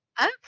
Okay